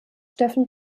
stefan